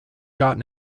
gotten